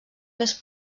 més